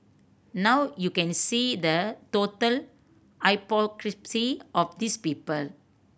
now you can see the total hypocrisy of these people